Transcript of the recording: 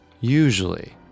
Usually